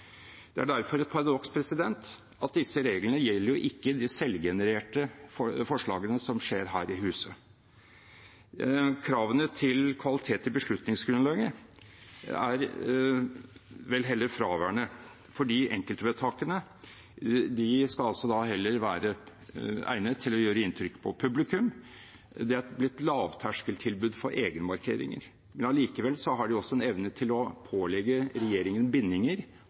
Det er derfor et paradoks at disse reglene ikke gjelder de selvgenererte forslagene som fremsettes her i huset. Kravene til kvalitet i beslutningsgrunnlaget er vel heller fraværende, for de enkeltvedtakene skal altså heller være egnet til å gjøre inntrykk på publikum. Det er blitt et lavterskeltilbud for egenmarkeringer, men likevel har de også en evne til å pålegge regjeringen bindinger